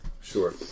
sure